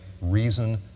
reason